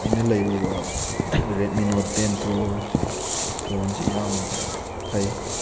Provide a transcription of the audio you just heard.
ꯑꯩꯅ ꯂꯩꯔꯨꯕ Redmi note ten ꯄ꯭ꯔꯣꯁꯦ ꯐꯣꯟꯁꯤ ꯌꯥꯝꯅ ꯐꯩ